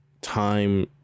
time